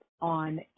on